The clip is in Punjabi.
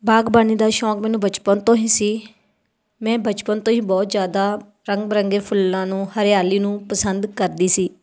ਬਾਗਬਾਨੀ ਦਾ ਸ਼ੌਕ ਮੈਨੂੰ ਬਚਪਨ ਤੋਂ ਹੀ ਸੀ ਮੈਂ ਬਚਪਨ ਤੋਂ ਹੀ ਬਹੁਤ ਜ਼ਿਆਦਾ ਰੰਗ ਬਿਰੰਗੇ ਫੁੱਲਾਂ ਨੂੰ ਹਰਿਆਲੀ ਨੂੰ ਪਸੰਦ ਕਰਦੀ ਸੀ